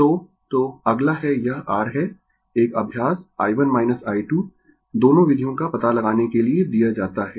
तो तो अगला है यह r है एक अभ्यास i1 i2 दोनों विधियों का पता लगाने के लिए दिया जाता है